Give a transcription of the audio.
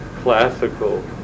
classical